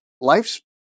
life's